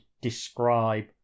describe